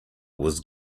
was